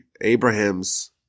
Abraham's